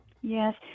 yes